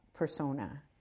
persona